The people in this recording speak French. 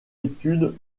études